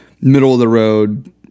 middle-of-the-road